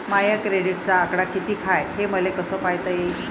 माया क्रेडिटचा आकडा कितीक हाय हे मले कस पायता येईन?